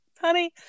honey